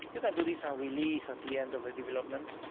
you can do this on release at the end of the development.